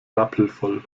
rappelvoll